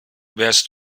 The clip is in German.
wärst